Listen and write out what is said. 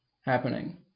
happening